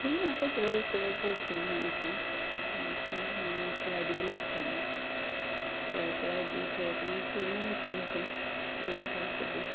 ঘূৰিম আকৌ কিবা ক'ৰবাত ক'ৰবাত ঘূৰিম আৰু ধৰ তেনেকুৱা মানে শৰাই দিবলৈ আছে আমাৰ শৰাই চৰাই দি ধৰ অকণমান ফুৰিম আৰু ইফালে সিফালে কিমান ভাৰা কবি